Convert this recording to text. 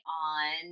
on